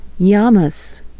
Yamas